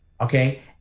okay